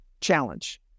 challenge